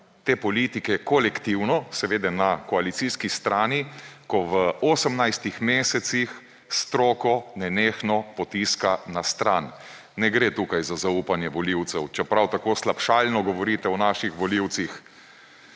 te politike, kolektivno, seveda na koalicijski strani, ko v 18 mesecih stroko nenehno potiska na stran. Ne gre tukaj za zaupanje volivcev, čeprav tako slabšalno govorite o naših volivcih.